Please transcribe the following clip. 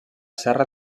serra